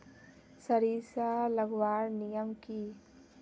सरिसा लगवार नियम की?